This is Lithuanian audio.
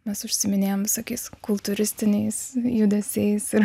mes užsiiminėjom visokiais kultūristiniais judesiais ir